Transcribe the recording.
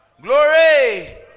Glory